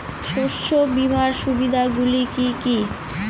শস্য বিমার সুবিধাগুলি কি কি?